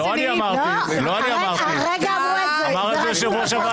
לא אני אמרתי, אמר את זה יושב-ראש הוועדה.